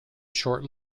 short